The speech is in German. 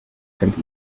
könnt